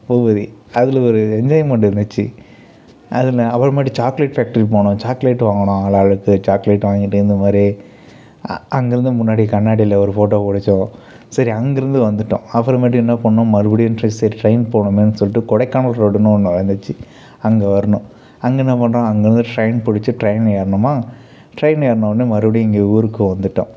பூபதி அதில் ஒரு என்ஜாய்மெண்ட்டு இருந்துச்சு அதில் அப்புறமேட்டு சாக்லேட் ஃபேக்ட்ரிக்கு போனோன் சாக்லேட் வாங்கினோம் ஆளாளுக்கு சாக்லேட் வாங்கிட்டு இந்தமாதிரி அ அங்கருந்த முன்னாடி கண்ணாடியில ஒரு ஃபோட்டோ பிடிச்சோம் சரி அங்கேருந்து வந்துவிட்டோம் அப்புறமேட்டுக்கு என்ன பண்ணோம் மறுபடியுன்ட்டு சரி ட்ரெயின் போகலாமேனு சொல்லிட்டு கொடைக்கானல் ரோடுன்னு ஒன்று வந்துச்சு அங்கே வரணும் அங்கே என்ன பண்ணுறான் அங்கேருந்து ட்ரெயின் பிடிச்சி ட்ரெயின் ஏறினோமா ட்ரெயின் ஏறினோன்னே மறுப்படியும் இங்கே ஊருக்கு வந்துவிட்டோம்